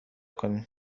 کنیم